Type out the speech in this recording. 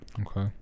okay